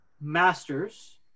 Master's